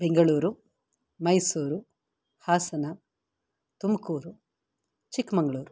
Bengaluru Mysuru Hassan Tumakuru Chikmagalur